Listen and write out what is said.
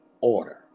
Order